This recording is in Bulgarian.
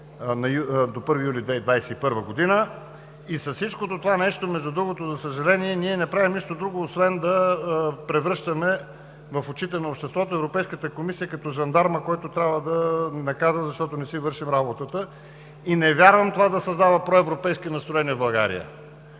до 1 юли 2021 г. И с всичкото това нещо, за съжаление, ние не правим нищо друго, освен да превръщаме в очите на обществото Европейската комисия като жандарма, който трябва да ни наказва, защото не си вършим работата. Не вярвам това да създава проевропейски настроения в България.